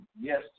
yes